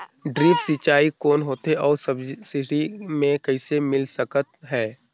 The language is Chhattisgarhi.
ड्रिप सिंचाई कौन होथे अउ सब्सिडी मे कइसे मिल सकत हे?